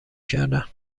کردن